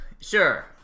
Sure